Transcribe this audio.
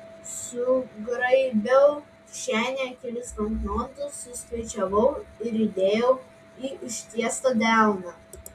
sugraibiau kišenėje kelis banknotus suskaičiavau ir įdėjau į ištiestą delną